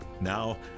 Now